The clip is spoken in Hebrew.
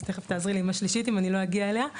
אז תכף תעזרי לי עם השלישית אם אני לא אגיע אליה.